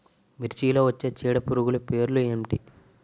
మిర్చిలో వచ్చే చీడపురుగులు పేర్లు ఏమిటి?